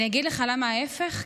אגיד לך למה ההפך,